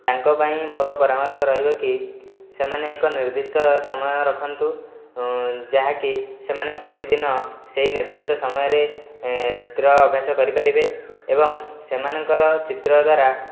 ତାଙ୍କ ପାଇଁ ମୋର ପରାମର୍ଶ ରହିବ କି ସେମାନେ ଏକ ନିର୍ଦ୍ଧିଷ୍ଟ ସମୟ ରଖନ୍ତୁ ଯାହାକି ସେମାନେ ପ୍ରତିଦିନ ସେହି ନିର୍ଦ୍ଧିଷ୍ଟ ସମୟରେ ଚିତ୍ର ଅଭ୍ୟାସ କରିପାରିବେ ଏବଂ ସେମାନଙ୍କର ଚିତ୍ର ଦ୍ଵାରା